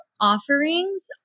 offerings